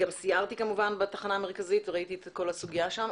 גם סיירתי כמובן בתחנה המרכזית וראיתי את כול הסוגיה שם.